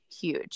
huge